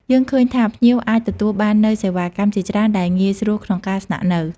យើងឃើញថាភ្ញៀវអាចទទួលបាននូវសេវាកម្មជាច្រើនដែលងាយស្រួលក្នុងការស្នាក់នៅ។